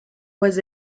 was